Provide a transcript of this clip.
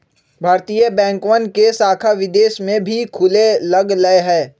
भारतीय बैंकवन के शाखा विदेश में भी खुले लग लय है